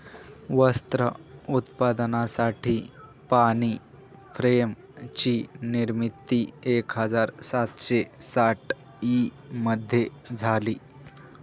वस्त्र उत्पादनासाठी पाणी फ्रेम ची निर्मिती एक हजार सातशे साठ ई मध्ये झाली